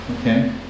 Okay